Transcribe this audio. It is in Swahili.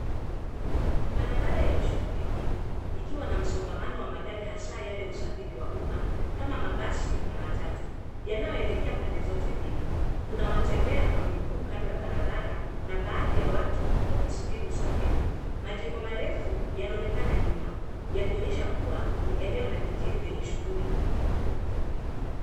Barabara yenye shughuli nyingi ikiwa na msongamano wa magari hasa yale ya usafiri wa umma kama mabasi na matatu, yanayoelekea pande zote mbili. Kuna watembea kwa miguu kando ya barabara na baadhi ya watu wakisubiri usafiri. Majengo marefu yanaonekana nyuma, yakionyesha kuwa ni eneo la mijini lenye shughuli nyingi.